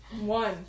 One